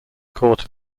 court